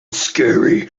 scary